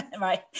right